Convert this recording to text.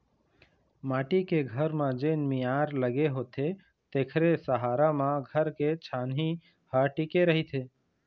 माटी के घर म जेन मियार लगे होथे तेखरे सहारा म घर के छानही ह टिके रहिथे